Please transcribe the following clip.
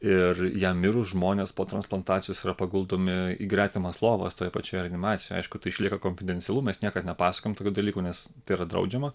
ir jam mirus žmonės po transplantacijos yra paguldomi į gretimas lovas toje pačioje reanimacijo aišku išlieka konfidencialumas niekad nepasakom tokių dalykų nes tai yra draudžiama